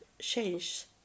change